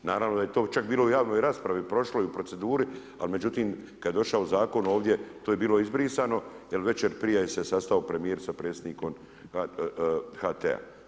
Naravno da je to čak bilo i u javnoj raspravi prošloj i u proceduri međutim kad je došao zakon ovdje, to je bilo izbrisano jer večer prije se sastao premijer sa predsjednikom HT-a.